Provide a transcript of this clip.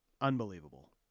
unbelievable